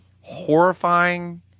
horrifying